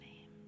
name